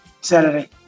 Saturday